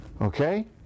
Okay